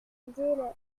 délai